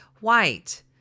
White